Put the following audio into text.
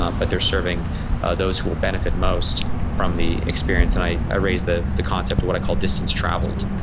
um but they're serving those who will benefit most from the experience. and i i raise the the concept of what i call distance traveled,